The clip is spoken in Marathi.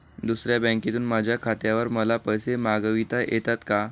दुसऱ्या बँकेतून माझ्या खात्यावर मला पैसे मागविता येतात का?